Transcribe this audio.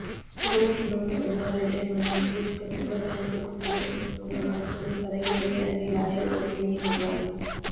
student loan పొందాలంటే మనం పుచీకత్తుగా బ్యాంకుకు సమర్పిస్తున్న ఆస్తులు సరైనవే అని లాయర్ ఒపీనియన్ ఇవ్వాలి